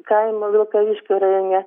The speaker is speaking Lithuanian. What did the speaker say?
kaimo vilkaviškio rajone